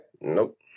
Nope